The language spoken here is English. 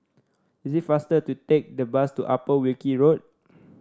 is it faster to take the bus to Upper Wilkie Road